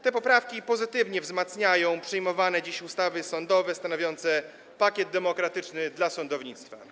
Te poprawki pozytywnie wzmacniają przyjmowane dziś ustawy sądowe stanowiące pakiet demokratyczny dla sądownictwa.